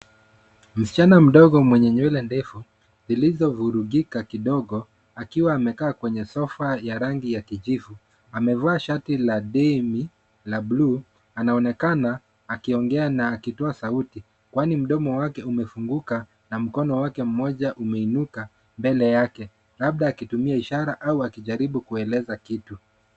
Msichana mdogo mwenye nywele ndefu zilizovurugika kidogo akiwa amekaa kwenye sofa ya rangi ya kijivu. Amevaa shati la demi la blue . Anaonekana akiongea na akitoa sauti kwani mdomo wake umefunguka na mkono wake mmoja umeinuka mbele yake labda akitumia ishara au akijaribu kueleza kitu.